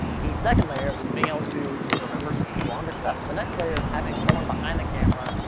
the second layer is being able to remember so longer stuff. the next layer is having someone behind the camera,